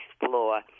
explore